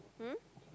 hmm